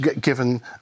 given